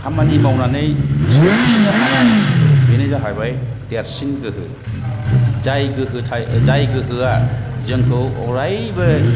खामानि मावनानै सोरखिनो हानाय बेनो जाहैबाय देरसिन गोहो जाय गोहोथाय जाय गोहोआ जोंखौ अरायबो